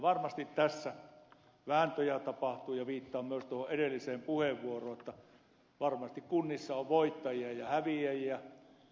varmasti tässä vääntöjä tapahtuu ja viittaan myös tuohon edelliseen puheenvuoroon että varmasti kunnissa on voittajia ja häviäjiä